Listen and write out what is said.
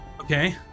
Okay